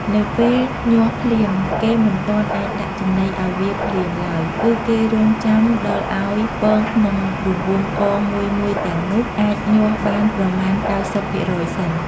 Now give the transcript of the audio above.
នៅពេលញាស់ភ្លាម គេមិនទាន់អាចដាក់ចំណីឱ្យវាភ្លាមឡើយ គឺគេរង់ចាំដល់ឱ្យពងក្នុងរង្វង់កងមួយៗទាំងនោះ អាចញាស់បានប្រមាណ៩០ភាគរយសិន។